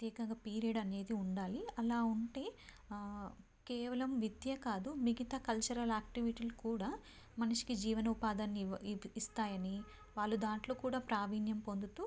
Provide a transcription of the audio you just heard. ప్రత్యేకంగా పీరియడ్ అనేది ఉండాలి అలా ఉంటే కేవలం విద్య కాదు మిగతా కల్చరల్ యాక్టివిటీలు కూడా మనిషి జీవనోపాధాన్ని ఇ ఇ ఇస్తాయని వాళ్ళు దాంట్లో కూడా ప్రావీణ్యం పొందుతూ